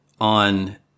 on